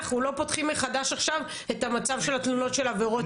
אנחנו לא פותחים מחדש עכשיו את מצב התלונות של עבירות מין.